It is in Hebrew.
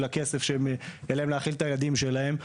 כסף שיהיה להם להאכיל את הילדים שלהם.